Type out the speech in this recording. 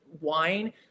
wine